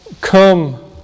Come